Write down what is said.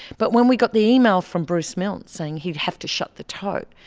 but when we got the email from bruce milne saying he would have to shut the tote,